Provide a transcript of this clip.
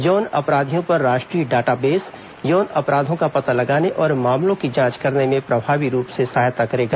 यौन अपराधियों पर राष्ट्रीय डाटाबेस यौन अपराधों का पता लगाने और मामलों की जांच करने में प्रभावी रूप से सहायता करेगा